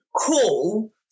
call